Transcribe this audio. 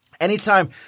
anytime